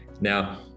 Now